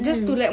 hmm